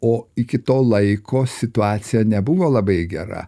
o iki to laiko situacija nebuvo labai gera